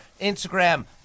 Instagram